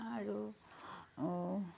আৰু